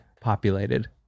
populated